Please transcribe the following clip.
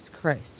Christ